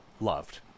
loved